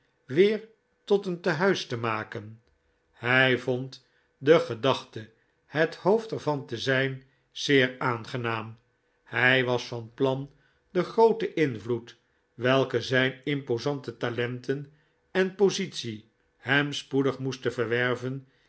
weer tot een tehuis te maken hij vond de gedachte het hoofd er van te zijn zeer aangenaam hij was van plan den grooten invloed welken zijn imposante talenten en positie hem spoedig moesten verwerven